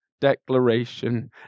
declaration